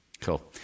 Cool